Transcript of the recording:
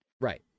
Right